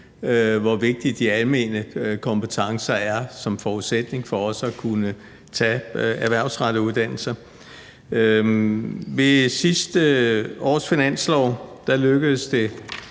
hvor vigtige de almene kompetencer er som en forudsætning for også at kunne tage de erhvervsrettede uddannelser. Ved sidste års finanslov lykkedes det,